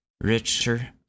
richer